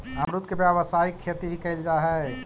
अमरुद के व्यावसायिक खेती भी कयल जा हई